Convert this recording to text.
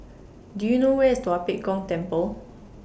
Do YOU know Where IS Tua Pek Kong Temple